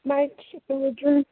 March April June